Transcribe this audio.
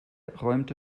räumte